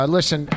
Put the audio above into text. Listen